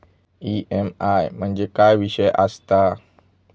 EMI म्हणजे काय विषय आसता?